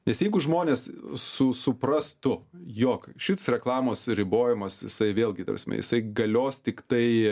nes jeigu žmonės su suprastų jog šis reklamos ribojimas jisai vėlgi ta prasme jisai galios tiktai